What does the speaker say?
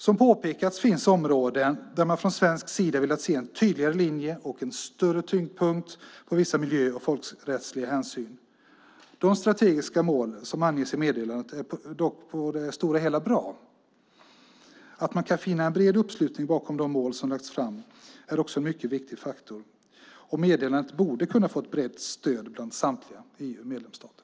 Som påpekats finns områden där man från svensk sida velat se en tydligare linje och en större tyngdpunkt på vissa miljö och folkrättsliga hänsyn. De strategiska mål som anges i meddelandet är dock på det stora hela bra. Att man kan finna en bred uppslutning bakom de mål som lagts fram är också en mycket viktig faktor. Meddelandet borde kunna få ett brett stöd av samtliga EU:s medlemsstater.